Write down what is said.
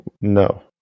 No